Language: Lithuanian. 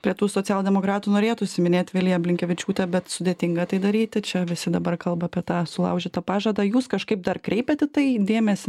prie tų socialdemokratų norėtųsi minėt viliją blinkevičiūtę bet sudėtinga tai daryti čia visi dabar kalba apie tą sulaužytą pažadą jūs kažkaip dar kreipiat į tai dėmesį